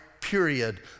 period